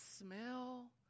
smell